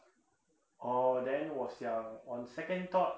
orh then 我想 on second thought